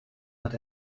hat